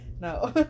no